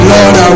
Lord